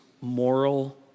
moral